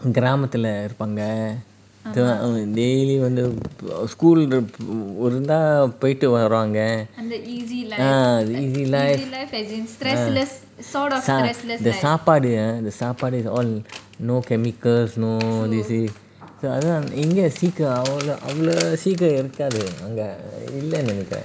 கிராமத்துல இருப்பாங்க:kiramathula irupaanga daily வந்து:vanthu school இருந்தா போய்ட்டு வருவாங்க:iruntha poitu varuvaanga ah easy life ah சாப்பாடு:sapadu the சாப்பாடு:sapadu is all no chemicals no this see இங்க சீக்கு அங்க அவ்ளோ சீக்கு இருக்காது அங்க இல்லனு நினைக்கிறேன்:inga seeku anga avlo seeku irukathu anga illanu ninaikiren